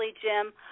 Jim